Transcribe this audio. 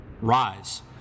Rise